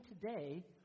today